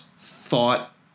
thought